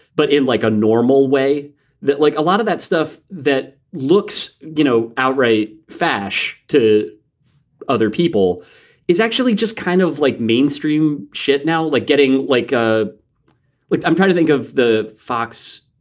but in like a normal way that like a lot of that stuff that looks, you know, outright fash to other people is actually just kind of like mainstream shit now, like getting like ah a i'm kind of think of the fox,